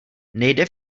nejde